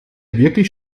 wirklich